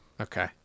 okay